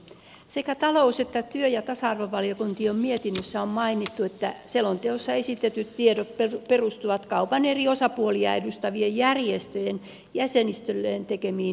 sekä talous että työ ja tasa arvovaliokunnan mietinnössä on mainittu että selonteossa esitetyt tiedot perustuvat kaupan eri osapuolia edustavien järjestöjen jäsenistölleen tekemiin kyselyihin